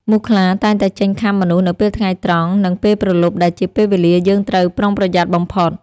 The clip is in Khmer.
មូសខ្លាតែងតែចេញខាំមនុស្សនៅពេលថ្ងៃត្រង់ និងពេលព្រលប់ដែលជាពេលវេលាយើងត្រូវប្រុងប្រយ័ត្នបំផុត។